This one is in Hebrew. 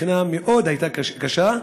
הבחינה הייתה מאוד קשה,